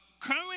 current